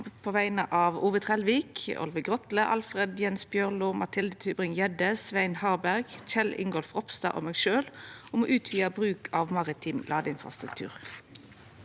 representantane Ove Trellevik, Olve Grotle, Alfred Jens Bjørlo, Mathilde Tybring-Gjedde, Svein Harberg, Kjell Ingolf Ropstad og meg sjølv om utvida bruk av maritim ladeinfrastruktur.